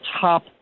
top